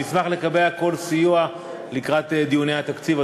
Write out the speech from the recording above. נשמח לקבל כל סיוע לקראת דיוני התקציב,